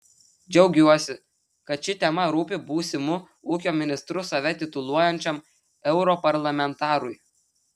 džiaugiuosi kad ši tema rūpi būsimu ūkio ministru save tituluojančiam europarlamentarui